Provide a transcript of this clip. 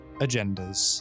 agendas